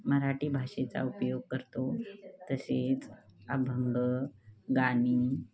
मराठी भाषेचा उपयोग करतो तसेच अभंग गाणी